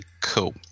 cool